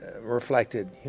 reflected